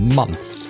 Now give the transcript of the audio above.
months